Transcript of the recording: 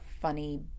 funny